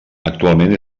actualment